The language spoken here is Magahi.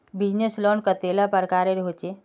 बिजनेस लोन कतेला प्रकारेर होचे?